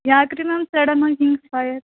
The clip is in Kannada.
ಯಾಕೆ ರೀ ಮ್ಯಾಮ್ ಸಡನ್ ಆಗಿ ಹಿಂಗೆ ಫೈಯರ್